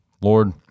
Lord